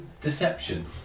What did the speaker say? deception